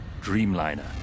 dreamliner